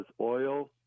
oil